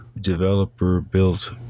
developer-built